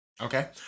Okay